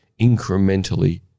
incrementally